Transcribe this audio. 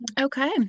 Okay